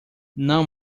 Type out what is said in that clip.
não